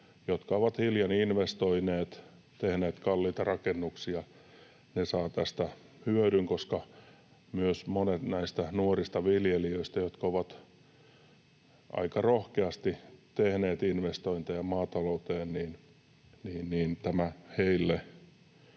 jotka ovat hiljan investoineet, tehneet kalliita rakennuksia. He saavat tästä hyödyn, koska myös monet näistä nuorista viljelijöistä ovat aika rohkeasti tehneet investointeja maatalouteen, ja tämä heille